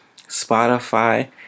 Spotify